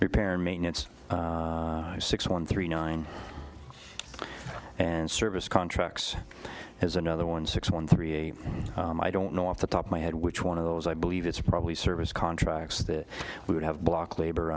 repair maintenance six one three nine and service contracts has another one six one three a i don't know off the top of my head which one of those i believe it's probably service contracts that would have block labor